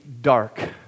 dark